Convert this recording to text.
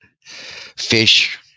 fish